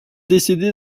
décédé